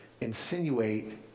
insinuate